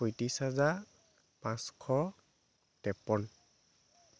পঁয়ত্ৰিছ হাজাৰ পাঁচশ তেৱন্ন